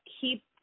keep